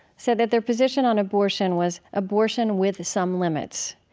said that their position on abortion was abortion with some limits,